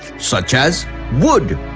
such as wood,